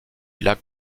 lac